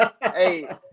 hey